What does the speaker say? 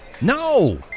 No